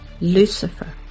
Lucifer